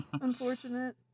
Unfortunate